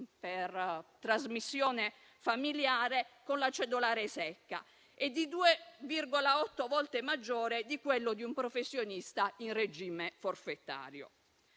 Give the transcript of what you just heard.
per trasmissione familiare, con la cedolare secca e 2,8 volte maggiore di quello di un professionista in regime forfettario.